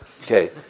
okay